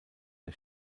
der